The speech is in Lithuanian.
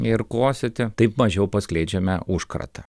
ir kosėti taip mažiau paskleidžiame užkratą